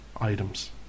items